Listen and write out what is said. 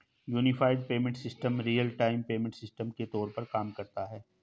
unified payment system real time payment system के तौर पर काम करता है